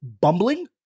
bumbling